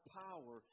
power